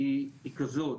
היא כזאת,